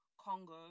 Congo